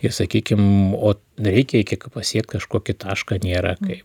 ir sakykim o reikia iki pasiekt kažkokį tašką nėra kaip